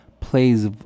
plays